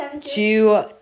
two